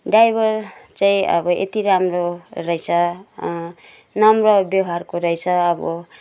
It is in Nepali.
ड्राइभर चाहिँ अब यति राम्रो रहेछ नम्र व्यवहारको रहेछ अब